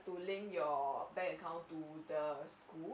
to link your bank account to the school